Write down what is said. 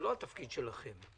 זה לא התפקיד שלכם.